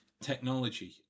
technology